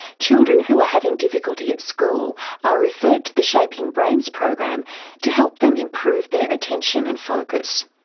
children who are having difficulty at school are referred to the shaping brains program to help them improve their attention and focus.